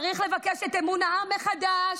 צריך לבקש את אמון העם מחדש.